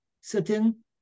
certain